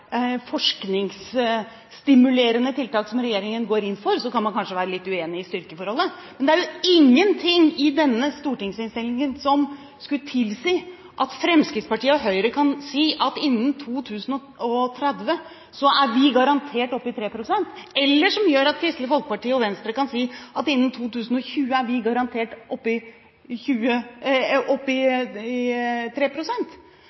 forskningsstimulerende tiltak som regjeringen går inn for. Så kan man kanskje være litt uenig i styrkeforholdet. Men det er jo ingen ting i denne stortingsinnstillingen som skulle tilsi at Fremskrittspartiet og Høyre kan si at innen 2030 er vi garantert oppe i 3 pst., eller som gjør at Kristelig Folkeparti og Venstre kan si at innen 2020 er vi garantert